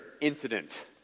incident